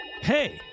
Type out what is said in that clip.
Hey